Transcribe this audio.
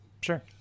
sure